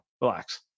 relax